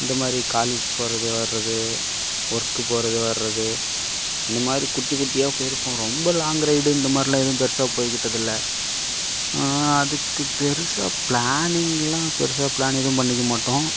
இந்த மாதிரி காலேஜ் போகிறது வர்றது ஒர்க்கு போகிறது வர்றது இந்த மாதிரி குட்டிக் குட்டியாக போய்ருக்கோம் ரொம்ப லாங்கு ரைடு இந்த மாதிரில்லாம் எதுவும் பெருசா போய்க்கிட்டதில்ல அதுக்குப் பெருசாக ப்ளானிங்குலாம் பெருசாக ப்ளான் எதுவும் பண்ணிக்க மாட்டோம்